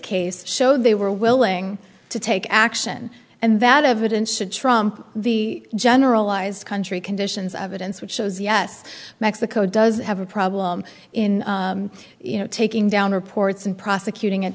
case showed they were willing to take action and that evidence should trump the generalized country conditions of events which shows yes mexico does have a problem in you know taking down reports and prosecuting at